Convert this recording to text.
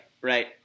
right